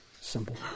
simple